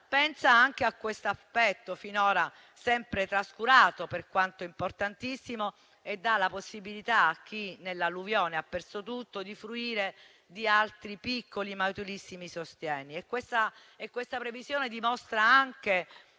pensa anche a questo aspetto, finora sempre trascurato, per quanto importantissimo, e dà la possibilità, a chi nell'alluvione ha perso tutto, di fruire di altri piccoli ma utilissimi sostegni. Questa previsione dimostra anche,